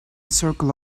circle